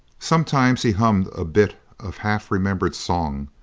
sometimes he hummed a bit of half-remembered song,